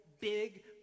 big